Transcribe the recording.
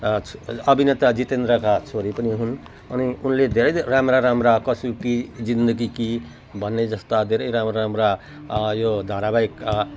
अभिनेता जितेन्द्रका छोरी पनि हुन् अनि उनले धेरै राम्रा राम्रा कसौटी जिन्दगी की भन्ने जस्ता धेरै राम्रा राम्रा यो धारावाहिक